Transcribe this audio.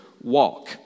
walk